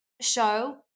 show